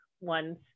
ones